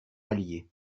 allier